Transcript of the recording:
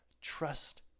trust